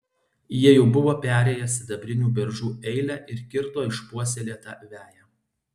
jie jau buvo perėję sidabrinių beržų eilę ir kirto išpuoselėtą veją